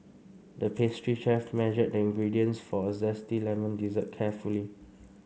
the pastry chef measured the ingredients for a zesty lemon dessert carefully